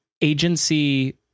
agency